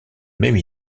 même